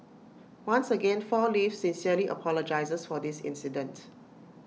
once again four leaves sincerely apologises for this incident